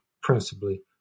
principally